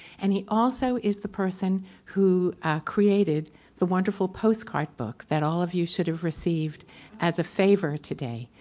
and he also is the person who created the wonderful postcard book that all of you should have received as a favor today.